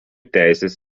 teisės